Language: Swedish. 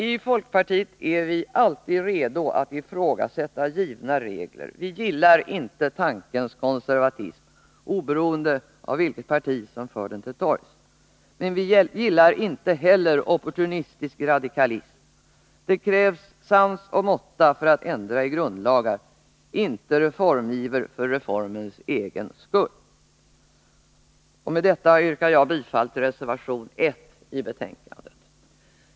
I folkpartiet är vi alltid redo att ifrågasätta givna regler, vi gillar inte tankens konservatism oberoende av vilket parti som för den till torgs. Men vi gillar inte heller opportunistisk radikalism. Det krävs sans och måtta för att ändra i grundlagar, inte reformiver för reformens egen skull. Med detta yrkar jag bifall till reservation 1 vid betänkandet.